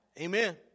amen